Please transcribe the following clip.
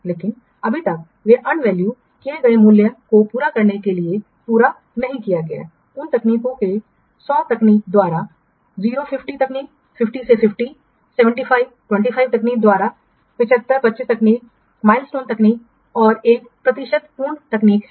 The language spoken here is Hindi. लेकिन अभी तक वे अर्न वैल्यू किए गए मूल्य को पूरा करने के लिए पूरा नहीं किया गया है यह तकनीकें 100 तकनीक द्वारा 0 50 तकनीक 50 से 50 75 20 तकनीक द्वारा 75 25 तकनीक माइलस्टोन तकनीक और एक प्रतिशत पूर्ण तकनीक हैं